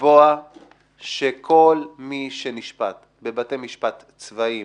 לקבוע שכל מי שנשפט בבתי משפט צבאיים